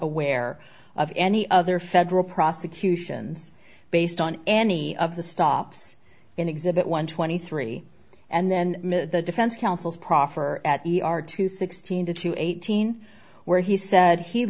aware of any other federal prosecutions based on any of the stops in exhibit one twenty three and then the defense counsel's proffer at the are two sixteen to two eighteen where he said he